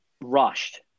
rushed